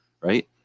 right